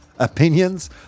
opinions